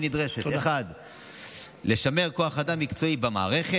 נדרש: 1. לשמר כוח אדם מקצועי במערכת,